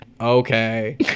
Okay